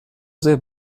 sehr